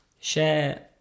share